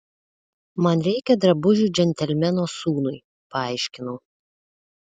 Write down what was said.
man reikia drabužių džentelmeno sūnui paaiškinau